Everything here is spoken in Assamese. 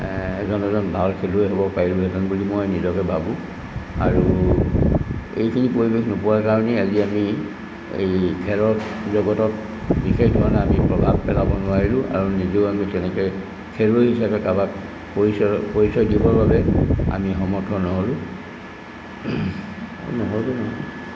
এজন এজন ভাল খেলুৱৈ হ'ব পাৰিলোহেঁতেন বুলি মই নিজকে ভাবোঁ আৰু এইখিনি পৰিৱেশ নোপোৱাৰ কাৰণেই আজি আমি এই খেলৰ জগতত বিশেষ ধৰণে আমি প্ৰভাৱ পেলাব নোৱাৰিলোঁ আৰু নিজেও আমি তেনেকৈ খেলুৱৈ হিচাপে কাবাক পৰিচয় পৰিচয় দিবৰ বাবে আমি সমৰ্থ নহ'লোঁ